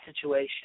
situation